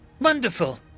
Wonderful